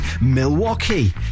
Milwaukee